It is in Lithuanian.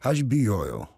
aš bijojau